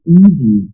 easy